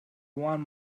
one